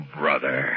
brother